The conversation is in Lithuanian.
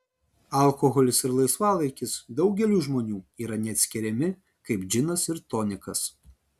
alkoholis ir laisvalaikis daugeliui žmonių yra neatskiriami kaip džinas ir tonikas